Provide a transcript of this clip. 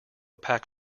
pack